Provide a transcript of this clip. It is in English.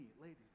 Ladies